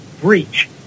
breach